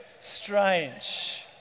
strange